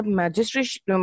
magistrate